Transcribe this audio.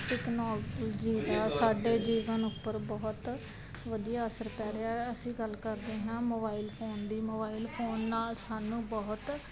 technology ਦਾ ਸਾਡੇ ਜੀਵਨ ਉੱਪਰ ਬਹੁਤ ਵਧੀਆ ਅਸਰ ਪੈ ਰਿਹਾ ਹੈ ਅਸੀਂ ਗੱਲ ਕਰ ਰਹੇ ਹਾਂ ਮੋਬਾਈਲ ਫੋਨ ਦੀ ਮੋਬਾਇਲ ਫੋਨ ਨਾਲ ਸਾਨੂੰ ਬਹੁਤ